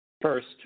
First